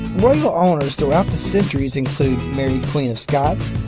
royal owners throughout the centuries include mary, queen of scots,